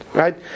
right